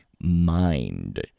mind